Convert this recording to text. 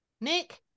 Nick